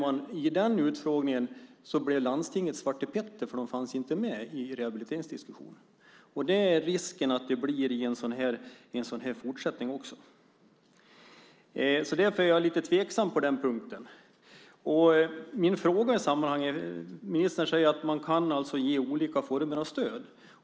Vid den utfrågningen blev landstingen svartepetter eftersom de inte fanns med i rehabiliteringsdiskussionen. Risken är att de blir det också i fortsättningen. Jag är därför lite tveksam på den punkten. Jag har en fråga i sammanhanget. Ministern säger att man kan ge olika former av stöd.